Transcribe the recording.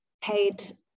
paid